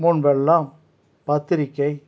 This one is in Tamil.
முன்பெல்லாம் பத்திரிக்கை